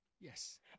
Yes